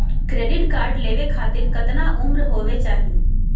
Credit card लेवे खातीर कतना उम्र होवे चाही?